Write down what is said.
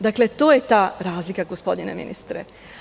Dakle, to je ta razlika, gospodine ministre.